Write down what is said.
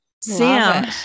Sam